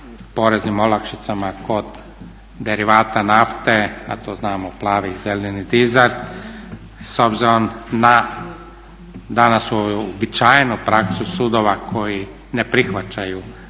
poreznim olakšicama kod derivata nafte, a to znamo plavi i zeleni dizel s obzirom na danas uobičajenu praksu sudova koji ne prihvaćaju